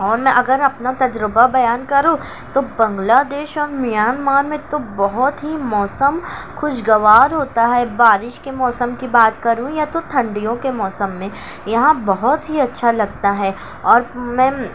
اور میں اگر اپنا تجربہ بیان کروں تو بنگلہ دیش اور میانمار میں تو بہت ہی موسم خوشگوار ہوتا ہے بارش کے موسم کی بات کروں یا تو تھنڈیوں کے موسم میں یہاں بہت ہی اچّھا لگتا ہے اور میں